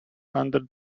hundred